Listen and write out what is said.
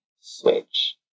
switch